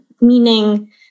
meaning